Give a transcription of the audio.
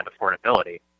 affordability